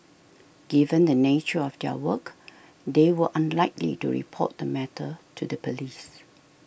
given the nature of their work they were unlikely to report the matter to the police